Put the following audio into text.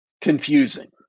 confusing